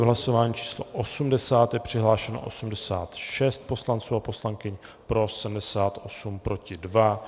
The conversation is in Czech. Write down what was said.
V hlasování číslo 80 je přihlášeno 86 poslanců a poslankyň, pro 78, proti 2.